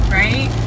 right